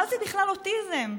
מה זה בכלל אוטיזם?